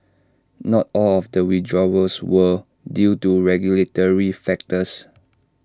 not all of the withdrawals were due to regulatory factors